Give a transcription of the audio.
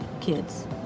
kids